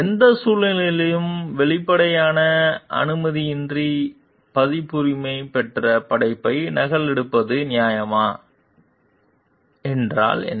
எந்த சூழ்நிலையிலும் வெளிப்படையான அனுமதியின்றி பதிப்புரிமை பெற்ற படைப்பை நகலெடுப்பது நியாயமா என்றால் என்ன